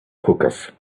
hookahs